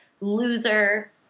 loser